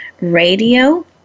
radio